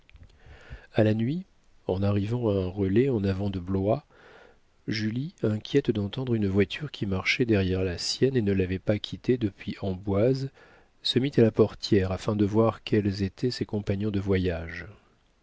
a la nuit en arrivant à un relais en avant de blois julie inquiète d'entendre une voiture qui marchait derrière la sienne et ne l'avait pas quittée depuis amboise se mit à la portière afin de voir quels étaient ses compagnons de voyage